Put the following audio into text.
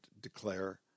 declare